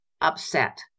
upset